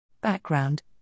Background